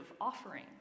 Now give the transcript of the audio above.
offering